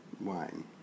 wine